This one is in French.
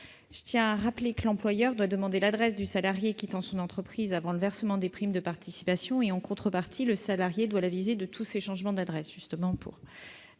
Je tiens à rappeler que l'employeur doit demander l'adresse du salarié quittant son entreprise avant le versement des primes de participation ; en contrepartie, le salarié doit l'aviser de tous ses changements d'adresse. S'il ne peut